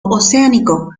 oceánico